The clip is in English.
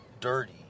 dirty